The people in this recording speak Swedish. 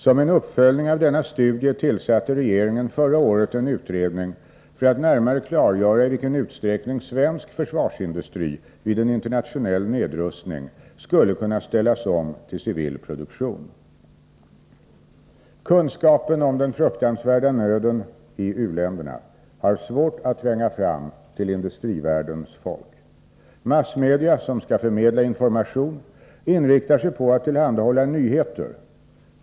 Som en uppföljning av denna studie tillsatte regeringen förra året en utredning för att närmare klargöra i vilken utsträckning svensk försvarsindustri vid en internationell nedrustning skulle kunna ställas om till civil produktion. Kunskapen om den fruktansvärda nöden i u-länderna har svårt att tränga fram till industrivärldens folk. Massmedia som skall förmedla information inriktar sig på att tillhandahålla nyheter.